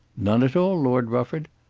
none at all, lord rufford.